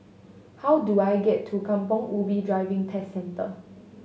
how do I get to Kampong Ubi Driving Test Centre